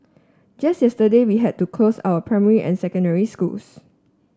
just yesterday we had to close our primary and secondary schools